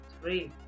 three